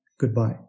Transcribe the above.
goodbye